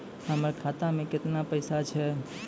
हमर खाता मैं केतना पैसा छह?